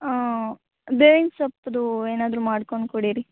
ಬೇವಿನ ಸೊಪ್ಪಿಂದು ಏನಾದ್ರೂ ಮಾಡ್ಕೊಂಡು ಕುಡೀರಿ